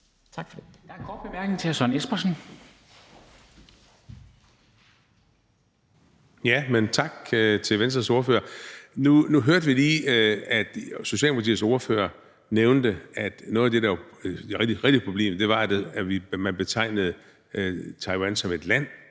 at for det